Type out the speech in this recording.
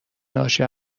ناشی